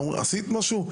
אמרו: עשית משהו?